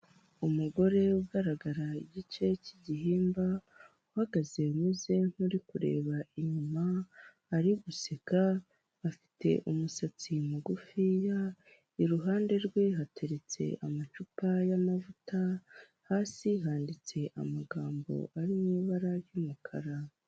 Ni mu nzu mu cyumba kigairi cyahariwe gukorerwamo inama hateraniyemo abantu batanu abagore n'abagabo, umwe muri bo ari imbere ari kubasobanurira yifashishije ikoranabuhanga.